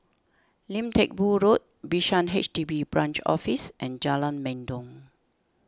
Lim Teck Boo Road Bishan H D B Branch Office and Jalan Mendong